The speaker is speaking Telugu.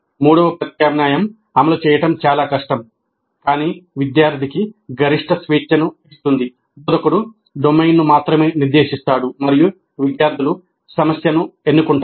మూడవ ప్రత్యామ్నాయం అమలు చేయడం చాలా కష్టం కానీ విద్యార్థికి గరిష్ట స్వేచ్ఛను ఇస్తుంది బోధకుడు డొమైన్ను మాత్రమే నిర్దేశిస్తాడు మరియు విద్యార్థులు సమస్యను ఎన్నుకుంటారు